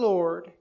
Lord